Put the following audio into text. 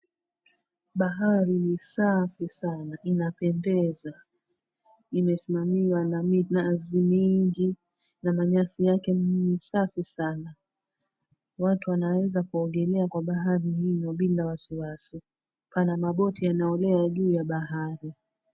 Bahari ni safi sana inapendeza, imesimamiwa na minazi mingi na manyasi yake ni safi sana. Watu wanaweza kuogelea kwa bahari hiyo bila wasiwasi. Pana maboti yanaolea juu ya bahari.